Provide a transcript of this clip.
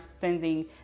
sending